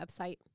website